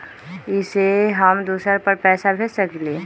इ सेऐ हम दुसर पर पैसा भेज सकील?